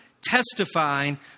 testifying